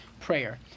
prayer